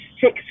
six